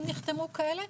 אם נחתמו כאלה,